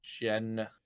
gen